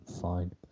Fine